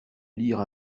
lire